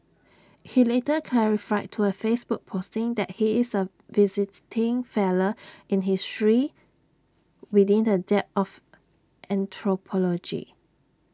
he later clarified to A Facebook posting that he is A visiting fellow in history within the dept of anthropology